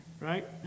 right